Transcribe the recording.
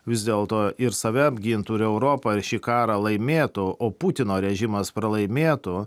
vis dėlto ir save apgintų ir europą ir šį karą laimėtų o putino režimas pralaimėtų